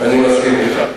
אני מסכים אתך.